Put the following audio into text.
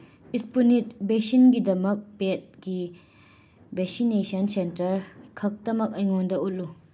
ꯏꯁꯄꯨꯅꯤꯠ ꯚꯦꯛꯁꯤꯟꯒꯤꯗꯃꯛ ꯄꯦꯗꯀꯤ ꯚꯦꯛꯁꯤꯅꯦꯁꯟ ꯁꯦꯟꯇꯔꯈꯛꯇꯃꯛ ꯑꯩꯉꯣꯟꯗ ꯎꯠꯂꯨ